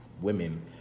women